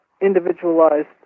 individualized